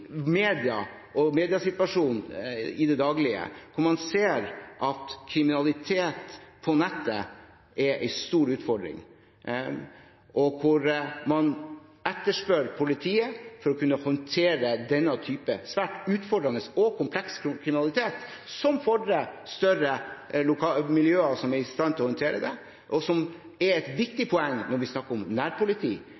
i det daglige, vil man se at kriminalitet på nettet er en stor utfordring, og hvor man etterspør politiet for å kunne håndtere denne typen svært utfordrende og kompleks kriminalitet, som fordrer større miljøer som er i stand til å håndtere det. Det er et viktig